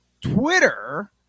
Twitter